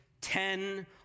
ten